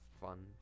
fun